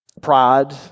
pride